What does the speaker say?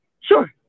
Sure